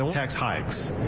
tax hikes